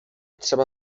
trzeba